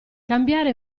cambiare